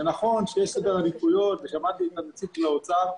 נכון שיש סדר עדיפויות, ושמעתי את נציג האוצר,